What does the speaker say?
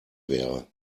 wäre